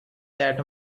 that